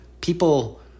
People